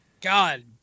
God